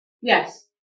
Yes